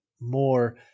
more